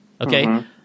okay